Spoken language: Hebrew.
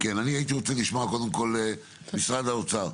אני הייתי רוצה לשמוע קודם כל את משרד האוצר.